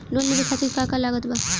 Loan लेवे खातिर का का लागत ब?